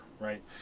right